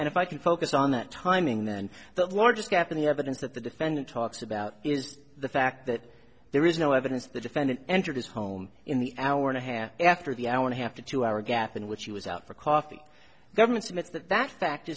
and if i can focus on that timing then the largest gap in the evidence that the defendant talks about is the fact that there is no evidence the defendant entered his home in the hour and a half after the hour and a half to two hour gap in which he was out for coffee government admits that that fact